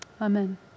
Amen